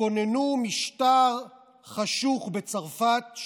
וכוננו משטר חשוך בצרפת,